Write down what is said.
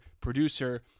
producer